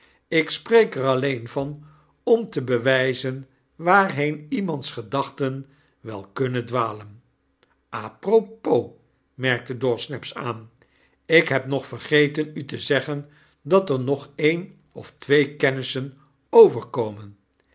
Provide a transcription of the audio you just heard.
ik spreek er alleen van om te bewgzen waarheen iemands gedachten wel kunnen dwalen a propos merkte dawsnaps aan ik heb nog vergeten u te zeggen dat er nog een of twee kennissen overkomen